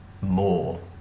more